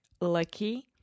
lucky